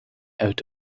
out